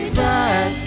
back